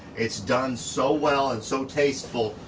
it's done so well. and so tasteful.